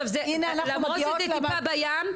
למרות שזה טיפה בים,